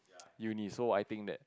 uni so I think that